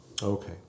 Okay